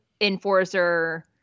enforcer